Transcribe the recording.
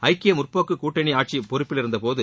ஐக்கிய முற்போக்குக் கூட்டணி ஆட்சி பொறுப்பிலிருந்தபோது